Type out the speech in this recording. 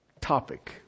topic